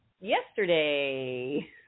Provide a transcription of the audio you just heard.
yesterday